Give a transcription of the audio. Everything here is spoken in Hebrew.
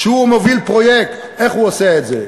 כשהוא מוביל פרויקט, איך הוא עושה את זה?